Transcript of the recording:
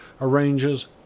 arranges